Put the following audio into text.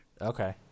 Okay